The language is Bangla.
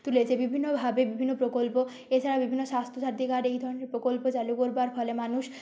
তুলেছে বিভিন্নভাবে বিভিন্ন প্রকল্প এছাড়া বিভিন্ন স্বাস্থ্য সাথী কার্ড এই ধরনের প্রকল্প চালু করবার ফলে মানুষ